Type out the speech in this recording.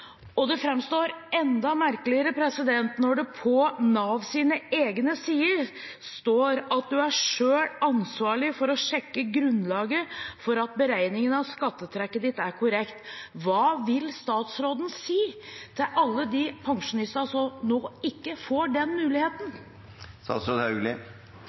Det fremstår enda merkeligere når det på Navs egne sider står at man er selv ansvarlig for å sjekke grunnlaget for at beregningen av skattetrekket er korrekt. Hva vil statsråden si til alle de pensjonistene som nå ikke får den